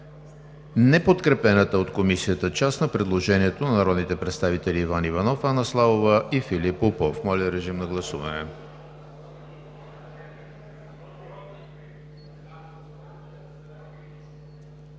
неподкрепената от Комисията част на предложението на народните представители Иван Иванов, Анна Славова и Филип Попов. Гласували